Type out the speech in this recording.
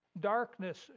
Darkness